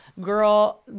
girl